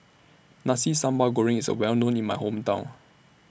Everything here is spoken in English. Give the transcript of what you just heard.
Nasi Sambal Goreng IS Well known in My Hometown